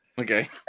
Okay